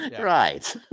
Right